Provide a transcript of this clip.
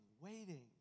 waiting